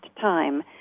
time